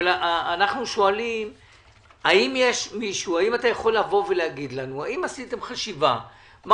אנחנו שואלים האם אתה יכול להגיד לנו אם עשיתם חשיבה מה